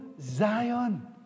Zion